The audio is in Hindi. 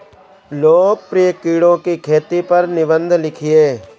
लोकप्रिय कीड़ों की खेती पर निबंध लिखिए